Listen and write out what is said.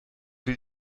will